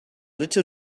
little